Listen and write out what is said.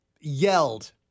yelled